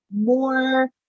more